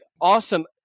awesome